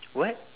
what